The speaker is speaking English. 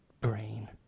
brain –